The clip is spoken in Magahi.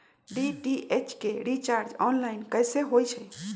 डी.टी.एच के रिचार्ज ऑनलाइन कैसे होईछई?